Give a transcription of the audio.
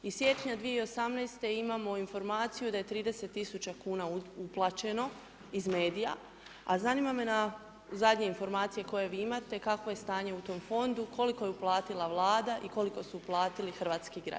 Iz siječnja 2018. imamo informaciju da je 30.000,00 kn uplaćeno iz medija, a zanima me na zadnjoj informaciji koju Vi imate kakvo je stanje u tom Fondu, koliko je uplatila Vlada i koliko su uplatili hrvatski građani.